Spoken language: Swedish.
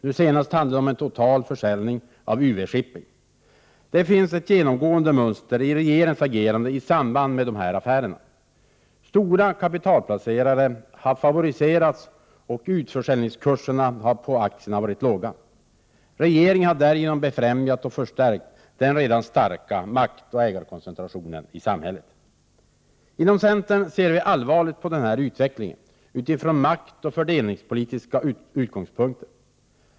Nu senast handlar det om total försäljning av UV-Shipping. Det finns ett genomgående mönster i regeringens agerande i samband med dessa affärer. Stora kapitalplacerare har favoriserats och utförsäljningskurserna på aktierna har varit låga. Regeringen har därigenom befrämjat och förstärkt den redan starka maktoch ägarkoncentrationen i samhället. Inom centern ser vi allvarligt på den här utvecklingen från maktoch fördelningspolitiska utgångspunkter.